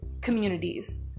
communities